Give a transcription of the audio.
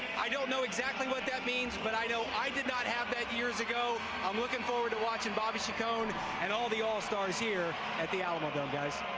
i don't know exactly what that means, but i know i did not have that years ago. i'm looking forward to watching bobby chacon and all of the all stars here at the alamodome.